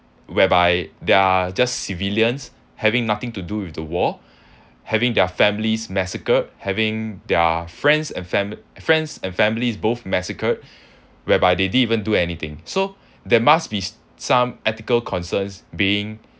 whereby they're just civilians having nothing to do with the war having their families massacred having their friends and fami~ friends and families both massacred whereby they didn't even do anything so there must be some ethical concerns being